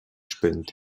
spinnt